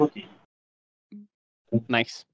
Nice